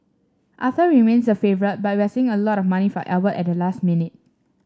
Arthur remains the favourite but we're seeing a lot of money for Albert at the last minute